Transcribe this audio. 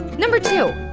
number two.